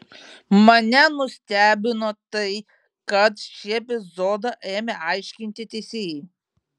mane nustebino tai kad šį epizodą ėmė aiškinti teisėjai